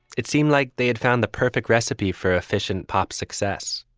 it seemed like they had found the perfect recipe for efficient pop success.